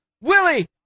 Willie